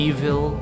Evil